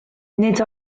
nid